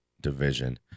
division